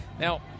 Now